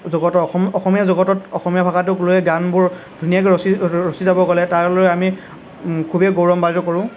জগতৰ অসম অসমীয়া জগতত অসমীয়া ভাষাটোক লৈয়ে গানবোৰ ধুনীয়াকৈ ৰচি ৰচি যাব গ'লে তাক লৈ আমি খুবেই গৌৰাৱান্বিত কৰোঁ